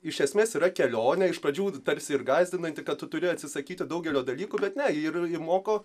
iš esmės yra kelionė iš pradžių tarsi ir gąsdinanti kad tu turi atsisakyti daugelio dalykų bet ne ir moko